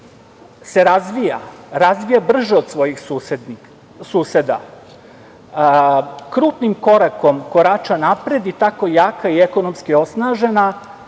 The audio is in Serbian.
se razvija, razvija brže od svojih suseda, krupnim korakom korača napred i tako jako i ekonomski osnažena